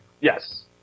Yes